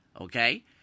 Okay